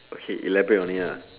okay elaborate on it ah